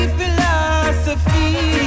philosophy